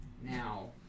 Now